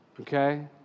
Okay